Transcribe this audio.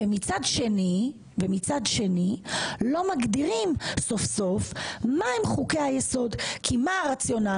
ומצד שני לא מגדירים סוף סוף מה הם חוקי היסוד כי מה הרציונל?